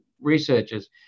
researchers